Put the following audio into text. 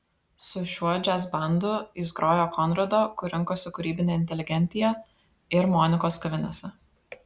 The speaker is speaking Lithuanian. su šiuo džiazbandu jis grojo konrado kur rinkosi kūrybinė inteligentija ir monikos kavinėse